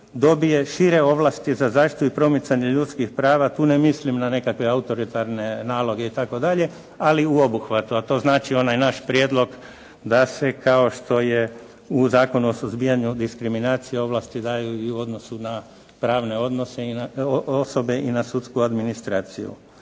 dobije šire ovlasti za zaštitu i promicanje ljudskih prava. Tu ne mislim na nekakve autoritarne naloge itd., ali u obuhvatu, a to znači onaj naš prijedlog da se kao što je u Zakonu o suzbijanju diskriminacije ovlasti daju i u odnosu na pravne osobe i na sudsku administraciju.